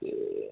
okay